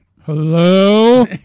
Hello